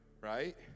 right